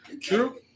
True